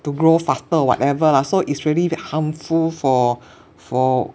to grow faster or whatever lah so it's really very harmful for for